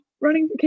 running